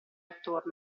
attorno